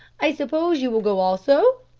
i suppose you will go also?